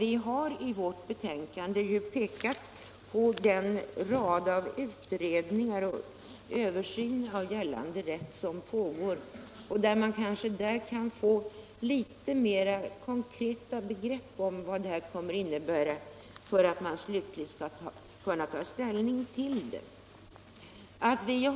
I vårt betänkande har vi ju pekat på att utredningar och översyn av gällande rätt pågår och sagt, att man kanske därigenom kan få litet mera konkreta begrepp om vad det här kommer att innebära innan vi slutligen skall ta ställning till frågan.